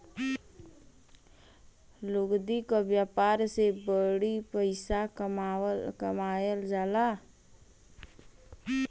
लुगदी क व्यापार से बड़ी पइसा कमावल जाला